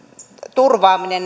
turvaaminen